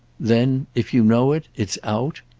then if you know it it's out?